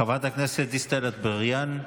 חברת הכנסת דיסטל אטבריאן,